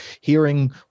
hearing